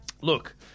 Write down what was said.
look